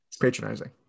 patronizing